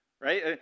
right